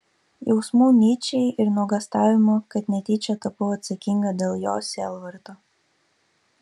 jausmų nyčei ir nuogąstavimų kad netyčia tapau atsakinga dėl jo sielvarto